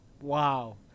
Wow